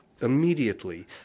immediately